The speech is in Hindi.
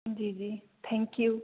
जी जी थैंक यू